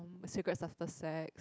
Cigarettes after Sex